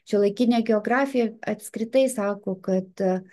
šiuolaikinė geografija apskritai sako kad